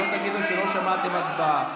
שלא תגידו שלא שמעתם, הצבעה.